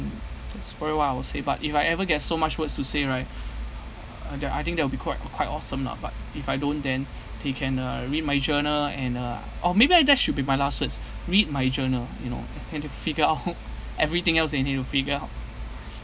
just for awhile I will say but if I ever get so much words to say right the I think that'll be quite quite awesome lah but if I don't then they can uh read my journal and uh or maybe I that should be my last words read my journal you know and to figure out everything else they need to figure out